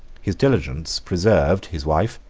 his diligence preserved his wife,